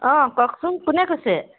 অঁ কওঁকচোন কোনে কৈছে